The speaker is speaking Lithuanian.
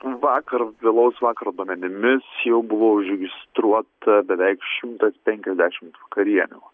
vakar vėlaus vakaro duomenimis jau buvo užregistruota beveik šimtas penkiasdešimt vakarienių